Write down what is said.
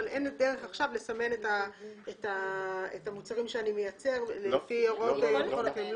אבל אין דרך עכשיו לסמן את המוצרים שאני מייצר לפי הוראות מכון התקנים.